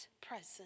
present